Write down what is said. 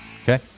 Okay